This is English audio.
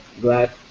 glad